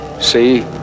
See